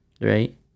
right